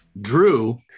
Drew